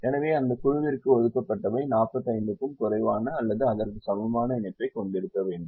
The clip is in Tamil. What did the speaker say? எனவே அந்தக் குழுவிற்கு ஒதுக்கப்பட்டவை 45 க்கும் குறைவான அல்லது அதற்கு சமமான இணைப்பைக் கொண்டிருக்க வேண்டும்